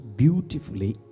beautifully